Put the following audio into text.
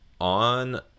on